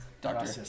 Doctor